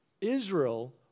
Israel